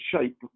shape